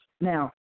Now